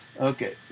Okay